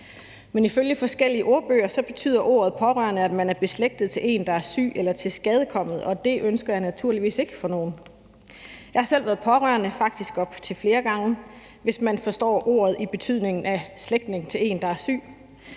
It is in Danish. Men ifølge forskellige ordbøger betyder ordet pårørende, at man er beslægtet med en, der er syg eller tilskadekommet, og det ønsker jeg naturligvis ikke for nogen. Jeg har selv været pårørende, faktisk op til flere gange, hvis man forstår ordet i betydningen at være slægtning til en, der er syg.